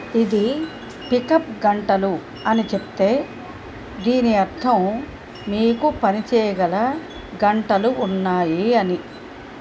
ఇది పికప్ గంటను అని చెబితే దీని అర్థం మీకు పని చేయగల గంటలు ఉన్నాయి అని